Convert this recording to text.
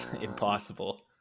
Impossible